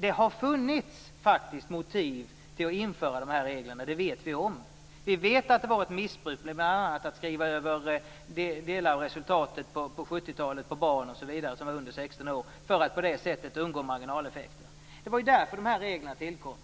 Det har funnits motiv för att införa reglerna. Det vet vi. Vi vet att det fanns ett missbruk. Bland annat skrev man på 70-talet över delar av resultatet på barn som var under 16 år, för att på det sättet undgå marginaleffekter. Det var därför dessa regler tillkom.